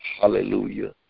Hallelujah